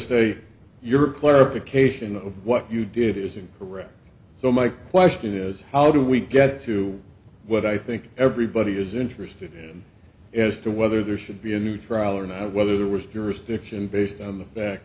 say your clarification of what you did isn't correct so my question is how do we get to what i think everybody is interested in as to whether there should be a new trial or not whether there was jurisdiction based on the fact